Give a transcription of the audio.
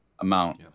amount